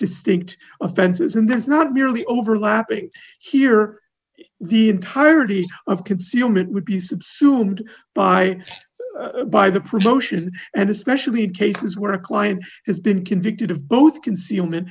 distinct offenses and there's not nearly overlapping here the entirety of concealment would be subsumed by by the promotion and especially in cases where a client has been convicted of both concealment